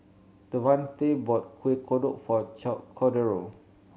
Devante bought Kuih Kodok for Cordero